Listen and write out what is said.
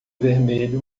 vermelho